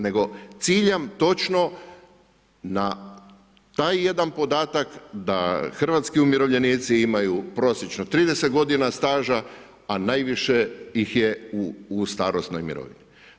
Nego ciljam točno na taj jedan podatak da hrvatski umirovljenici imaju prosječno 30 godina staža, a najviše ih je u starosnoj mirovini.